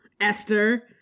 Esther